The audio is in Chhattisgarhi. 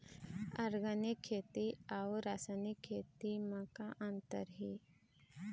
ऑर्गेनिक खेती अउ रासायनिक खेती म का अंतर हे?